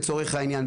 לצורך העניין,